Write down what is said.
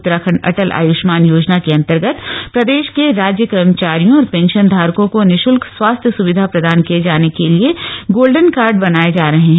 उत्तराखण् अटल आय्ष्मान योजना के अंतर्गत प्रदेश के राज्य कर्मचारियों और पेन्शन धारकों को निशुल्क स्वास्थ्य स्विधा प्रदान किये जाने के लिए गोलान कार्य बनाये जा रहे हैं